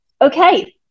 okay